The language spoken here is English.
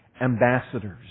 ambassadors